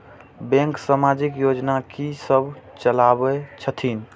Bank समाजिक योजना की सब चलावै छथिन?